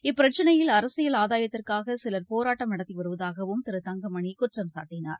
இப்பிரச்சினையில் அரசியல் ஆதாயத்திற்காகசிலர் போராட்டம் நடத்திவருவதாகவும் திரு தங்கமணிகுற்றம் சாட்டினார்